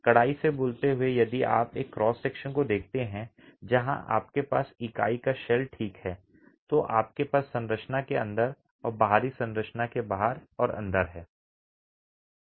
कड़ाई से बोलते हुए यदि आप एक क्रॉस सेक्शन को देखते हैं जहां आपके पास इकाई का शेल ठीक है तो आपके पास संरचना के अंदर और बाहरी संरचना के बाहर और अंदर है